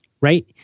right